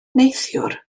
neithiwr